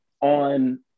on